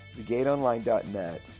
thegateonline.net